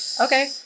Okay